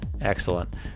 Excellent